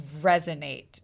resonate